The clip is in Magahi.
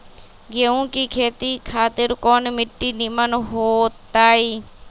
गेंहू की खेती खातिर कौन मिट्टी निमन हो ताई?